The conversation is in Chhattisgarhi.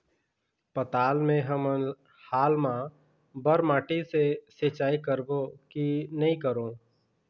पताल मे हमन हाल मा बर माटी से सिचाई करबो की नई करों?